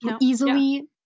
easily